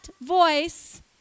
voice